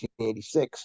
1986